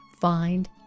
find